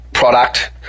Product